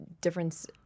difference